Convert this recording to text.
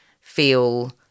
feel